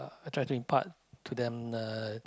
I try to impart to them the